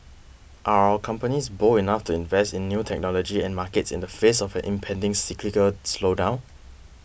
are our companies bold enough to invest in new technology and markets in the face of an impending cyclical slowdown